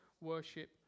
worship